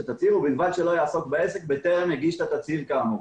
התצהיר ובלבד שלא יעסוק בעסק בטרם הגיש את התצהיר כאמור.